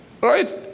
Right